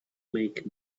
make